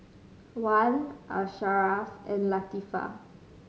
Wan Asharaff and Latifa